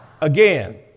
Again